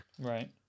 Right